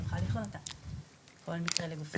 אני יכולה לשאול אותה אבל כל מקרה לגופו.